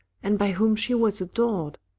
and by whom she was adored!